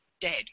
dead